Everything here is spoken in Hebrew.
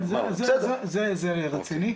זה רציני?